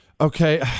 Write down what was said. Okay